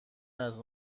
است